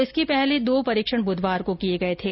इसके पहले दो परीक्षण बुधवार को किए गए थे